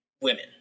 Women